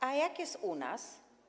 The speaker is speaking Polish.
A jak jest u nas?